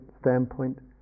standpoint